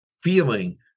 feeling